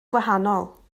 gwahanol